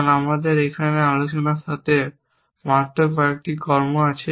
কারণ আমাদের এখানে আলোচনার সাথে মাত্র কয়েকটি কর্ম আছে